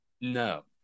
no